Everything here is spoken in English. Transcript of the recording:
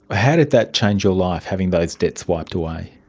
how did that change your life, having those debts wiped away?